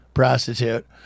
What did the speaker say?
prostitute